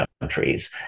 countries